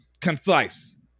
concise